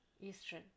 Eastern